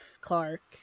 Clark